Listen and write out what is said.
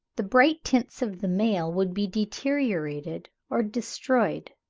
the bright tints of the male would be deteriorated or destroyed.